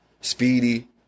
Speedy